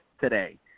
today